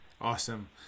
Awesome